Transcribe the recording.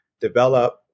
develop